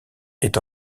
est